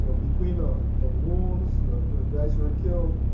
you know between the the wound, the guys who were killed,